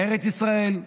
בארץ ישראל,